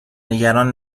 نگران